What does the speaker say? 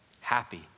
happy